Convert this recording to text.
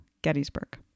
gettysburg